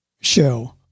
show